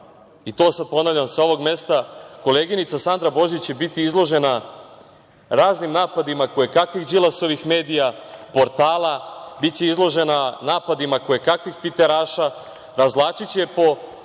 i to ponavljam, sa ovog mesta, koleginica Sandra Božić će biti izložena raznim napadima kojekakvih Đilasovih medija, portala, biće izložena napadima kojekakvih tviteraša, razvlačiće je po